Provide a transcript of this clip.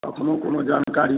एखनहुँ कोनो जानकारी